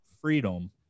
freedom